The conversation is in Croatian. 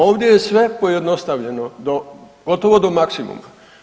Ovdje je sve pojednostavljeno do, gotovo do maksimuma.